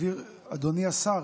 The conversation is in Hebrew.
אדוני השר,